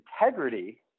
integrity